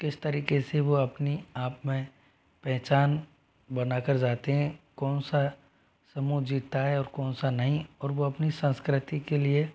किस तरीक़े से वो अपने आप में पेहचान बना कर जाते हैं कौन सा समूह जीतता है और कौन सा नहीं और वो अपनी संस्कृति के लिए